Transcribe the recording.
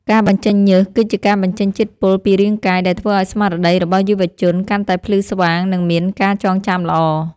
ការបញ្ចេញញើស គឺជាការបញ្ចេញជាតិពុលពីរាងកាយដែលធ្វើឱ្យស្មារតីរបស់យុវជនកាន់តែភ្លឺស្វាង និងមានការចងចាំល្អ។